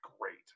great